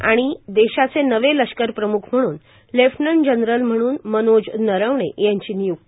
आणि देशाचे नवे लष्करप्रम्ख म्हणून लेफ्टनंन जनरल म्हणून मनोज नरवणे यांची निय्क्ती